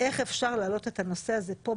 איך אפשר להעלות את הנושא הזה פה,